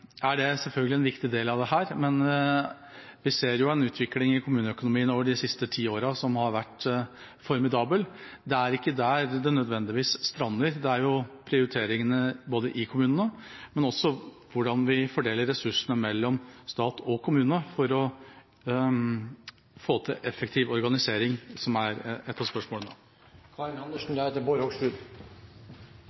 er den selvfølgelig en viktig del av dette, men vi har jo sett en formidabel utvikling i kommuneøkonomien de siste årene. Det er ikke der det nødvendigvis strander. Det er både prioriteringene i kommunene og hvordan vi fordeler ressursene mellom stat og kommune for å få til en effektiv organisering, som er ett av spørsmålene.